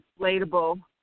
inflatable